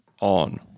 on